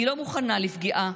אני לא מוכנה לפגיעה